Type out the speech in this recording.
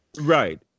Right